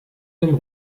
dem